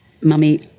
Mummy